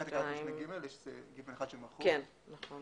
זה מופיע